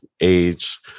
age